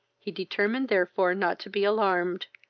he determined therefore not to be alarmed,